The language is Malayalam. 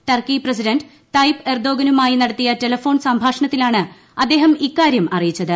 ടർക്കി പ്രസിഡന്റ് തയ്പ് എർദോഗനുമായി നടത്തിയ ടെലഫോൺ സംഭാഷണത്തിലാണ് അദ്ദേഹം ഇക്കാര്യം അറിയിച്ചത്